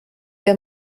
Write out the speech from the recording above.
der